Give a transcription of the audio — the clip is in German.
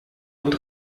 und